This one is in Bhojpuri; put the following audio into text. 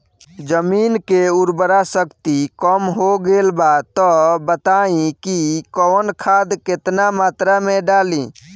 जमीन के उर्वारा शक्ति कम हो गेल बा तऽ बताईं कि कवन खाद केतना मत्रा में डालि?